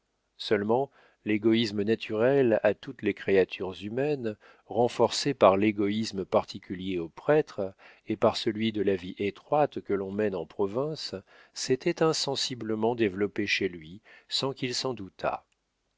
seulement l'égoïsme naturel à toutes les créatures humaines renforcé par l'égoïsme particulier au prêtre et par celui de la vie étroite que l'on mène en province s'était insensiblement développé chez lui sans qu'il s'en doutât